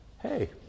hey